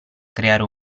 creare